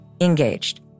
Engaged